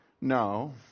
No